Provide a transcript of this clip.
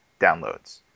downloads